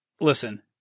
Listen